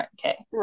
okay